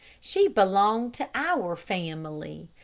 she belonged to our family.